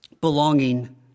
belonging